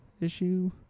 issue